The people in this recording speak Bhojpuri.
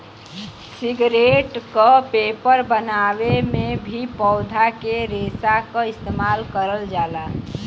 सिगरेट क पेपर बनावे में भी पौधा के रेशा क इस्तेमाल करल जाला